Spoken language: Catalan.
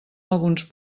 alguns